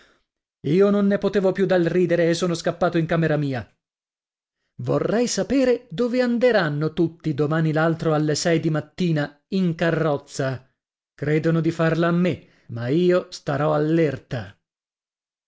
io non ne potevo più dal ridere e sono scappato in camera mia vorrei sapere dove anderanno tutti domani l'altro alle sei di mattina in carrozza credono di farla a me ma io starò